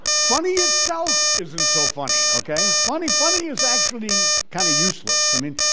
funny itself isn't so funny, okay? funny, funny is actually kind of useless. i mean,